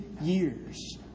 years